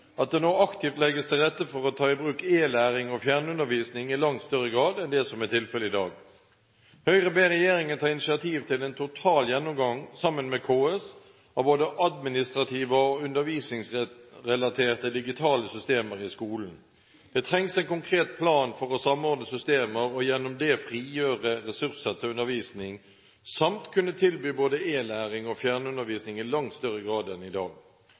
at det nå aktivt legges til rette for å ta i bruk e-læring og fjernundervisning i langt større grad enn det som er tilfellet i dag. Høyre ber regjeringen ta initiativ til en total gjennomgang, sammen med KS, av både administrative og undervisningsrelaterte digitale systemer i skolen. Det trengs en konkret plan for å samordne systemer og gjennom det frigjøre ressurser til undervisning, samt kunne tilby både e-læring og fjernundervisning i langt større grad enn i dag.